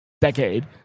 decade